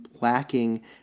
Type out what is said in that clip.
lacking